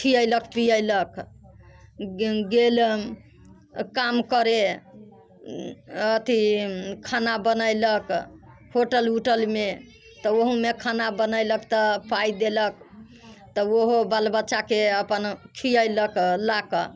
खियैलक पियैलक गेल काम करे अथी खाना बनैलक होटल उटलमे तऽ ओहूमे खाना बनैलक तऽ पाइ देलक तऽ ओहो बाल बच्चाके अपन खियैलक ला कऽ